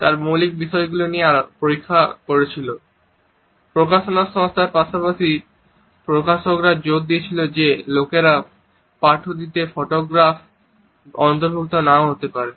তার মৌলিক বিষয়গুলি নিয়ে পরীক্ষা করছিল। প্রকাশনা সংস্থার পাশাপাশি প্রকাশকরা জোর দিয়েছিল যে লোকেরা পাঠ্যটিতে ফটোগ্রাফ অন্তর্ভুক্ত নাও পেতে পারে